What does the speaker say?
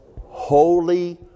holy